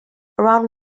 around